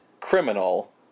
criminal